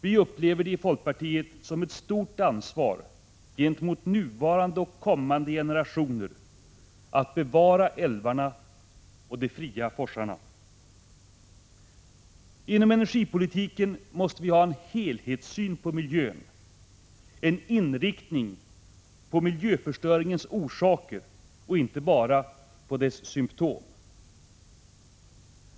Vi i folkpartiet känner ett stort ansvar gentemot nuvarande och kommande generationer för att älvarna och de fria forsarna bevaras. Inom energipolitiken måste vi ha en helhetssyn på miljön — en inriktning på miljöförstöringens orsaker och inte bara på dess symtom.